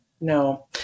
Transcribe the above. no